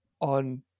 on